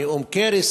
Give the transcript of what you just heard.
נאום קרי,